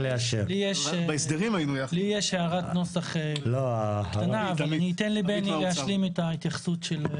לי יש הערת נוסח קטנה אבל אני אתן לבני להשלים את ההתייחסות.